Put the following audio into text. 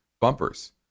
bumpers